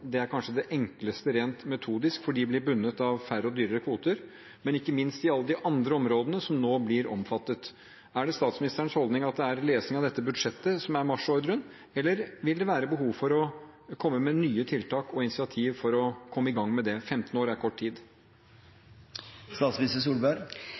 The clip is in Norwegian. Det er kanskje det enkleste rent metodisk, for de blir bundet av færre og dyrere kvoter, men ikke minst i alle de andre områdene som nå blir omfattet. Er det statsministerens holdning at det er lesing av dette budsjettet som er marsjordren, eller vil det være behov for å komme med nye tiltak og initiativ for å komme i gang med det? 15 år er kort tid.